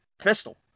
Pistol